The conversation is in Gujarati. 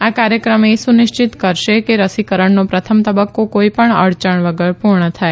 આ કાર્યક્રમ એ સુનિશ્ચિત કરશે કે રસીકરણનો પ્રથમ તબકકો કોઇપણ અડચણ વગર પુર્ણ થાય